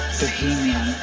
bohemian